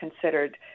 considered